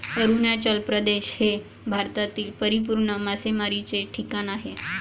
अरुणाचल प्रदेश हे भारतातील परिपूर्ण मासेमारीचे ठिकाण आहे